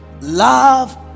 love